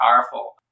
powerful